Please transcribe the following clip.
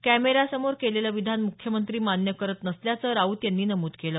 कॅमेऱ्यासमोर केलेलं विधान मुख्यमंत्री मान्य करत नसल्याचं राऊत यांनी नमूद केलं